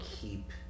keep